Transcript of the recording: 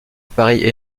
appareils